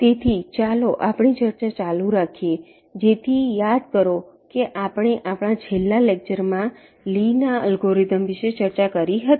તેથી ચાલો આપણી ચર્ચા ચાલુ રાખીએ જેથી યાદ કરો કે આપણે આપણાં છેલ્લા લેક્ચરમાં લીના અલ્ગોરિધમ વિશે ચર્ચા કરી હતી